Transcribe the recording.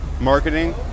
marketing